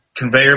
Conveyor